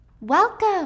Welcome